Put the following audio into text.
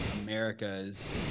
America's